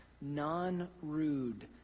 non-rude